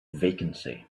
vacancy